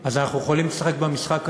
אנחנו יכולים לשחק במשחק הזה.